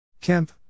Kemp